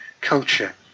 culture